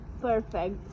Perfect